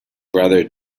brother